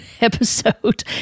Episode